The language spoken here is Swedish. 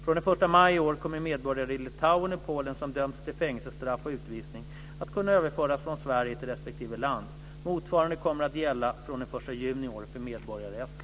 Från den 1 maj i år kommer medborgare i Litauen och Polen som dömts till fängelsestraff och utvisning att kunna överföras från Sverige till respektive land. Motsvarande kommer att gälla från den 1 juni i år för medborgare i Estland.